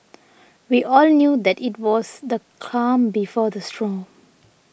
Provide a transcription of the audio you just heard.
we all knew that it was the calm before the storm